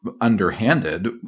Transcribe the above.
underhanded